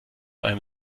einem